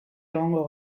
egongo